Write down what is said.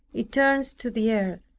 it turns to the earth.